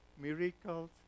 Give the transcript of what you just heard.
miracles